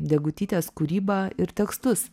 degutytės kūrybą ir tekstus